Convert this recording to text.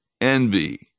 envy